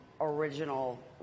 original